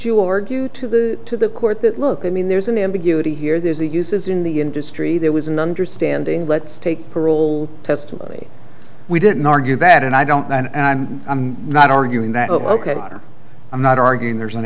you or due to the to the court that look i mean there's an ambiguity here there's a uses in the industry there was an understanding let's take parole testimony we didn't argue that and i don't know and i'm not arguing that ok i'm not arguing there's an